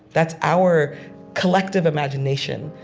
that's our collective imagination.